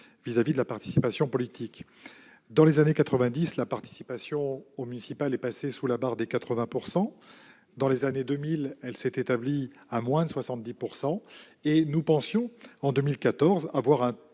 à l'égard de la participation politique. Dans les années 1990, la participation aux municipales est passée sous la barre des 80 %; dans les années 2000, elle s'est établie à moins de 70 %. Nous pensions avoir